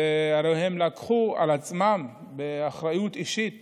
והם לקחו על עצמם באחריות אישית